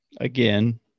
Again